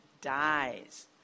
dies